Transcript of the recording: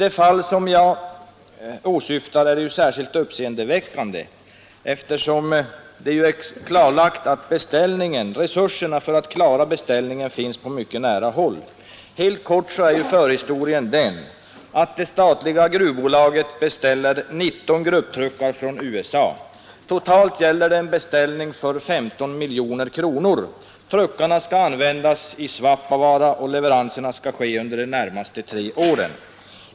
Det fall som jag åsyftar är ju särskilt uppseendeväckande, eftersom det är klarlagt att resurserna för att klara beställningen finns på mycket nära håll. Helt kort är förhistorien den att det statliga gruvbolaget beställt 19 grupptruckar från USA. Totalt gäller det en beställning för 15 miljoner kronor. Truckarna skall användas i Svappavaara, och leveranserna skall ske under de närmaste tre åren.